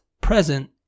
present